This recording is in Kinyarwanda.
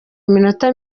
iminota